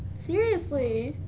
seriously.